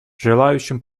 желающим